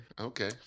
Okay